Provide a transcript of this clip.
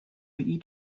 eat